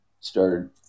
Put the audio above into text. started